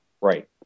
Right